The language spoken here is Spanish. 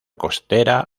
costera